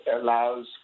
allows